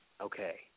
Okay